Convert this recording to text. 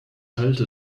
halte